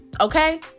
okay